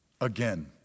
Again